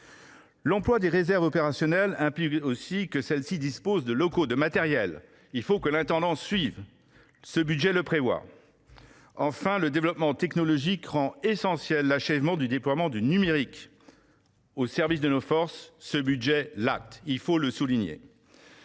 L’emploi de la réserve opérationnelle implique aussi que celle ci dispose de locaux et de matériels. Il faut que l’intendance suive. Ce budget le prévoit. Enfin, le développement technologique rend essentiel l’achèvement du déploiement du numérique au sein de nos forces. Ce budget l’acte. À ces questions